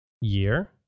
year